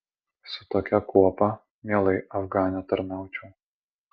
su tokia kuopa mielai afgane tarnaučiau